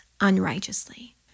unrighteously